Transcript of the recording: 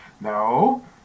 no